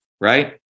right